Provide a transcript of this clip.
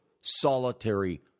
solitary